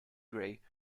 gray